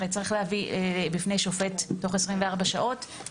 צריך להביא בפני שופט תוך 24 שעות.